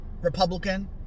Republican